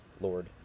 Lord